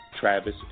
Travis